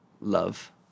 Love